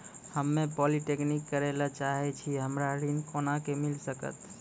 हम्मे पॉलीटेक्निक करे ला चाहे छी हमरा ऋण कोना के मिल सकत?